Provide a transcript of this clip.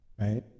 right